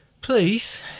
please